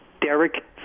Derek